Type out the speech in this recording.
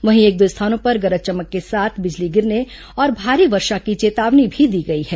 वहीं एक दो स्थानों पर गरज चमक के साथ बिजली गिरने और भारी वर्षा की चेतावनी भी दी गई है